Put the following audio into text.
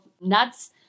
nuts